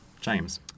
James